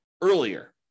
earlier